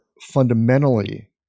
fundamentally